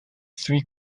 three